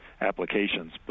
applications